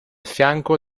fianco